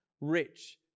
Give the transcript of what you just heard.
rich